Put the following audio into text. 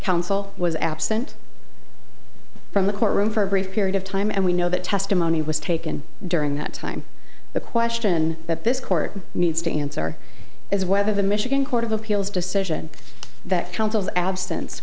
counsel was absent from the courtroom for a brief period of time and we know that testimony was taken during that time the question that this court needs to answer is whether the michigan court of appeals decision that counsel's absence